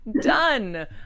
done